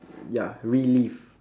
ya relive